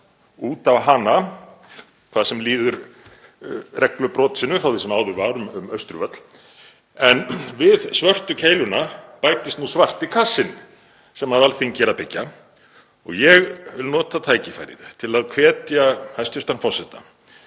út á hana, hvað sem líður reglubrotinu, frá því sem áður var um Austurvöll. En við Svörtu keiluna bætist nú svarti kassinn sem Alþingi er að byggja. Ég vil nota tækifærið til að hvetja hæstv. forseta